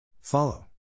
Follow